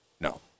No